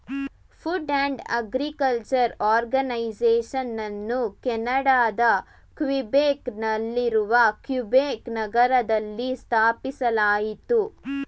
food and agriculture ಆರ್ಗನೈಸೇಷನನ್ನು ಕೆನಡಾದ Quebec ನಲ್ಲಿರುವ ಕ್ಯುಬೆಕ್ ನಗರದಲ್ಲಿ ಸ್ಥಾಪಿಸಲಾಯಿತು